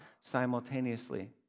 simultaneously